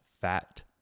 fat